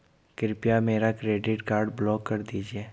कृपया मेरा credit card block कर दीजिए